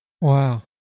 Wow